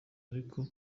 ariko